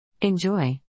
Enjoy